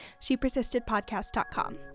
shepersistedpodcast.com